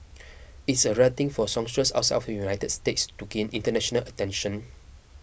it's a rare thing for a songstress outside of the United States to gain international attention